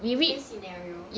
different scenario